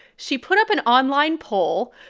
she put up an online poll,